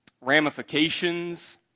ramifications